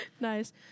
Nice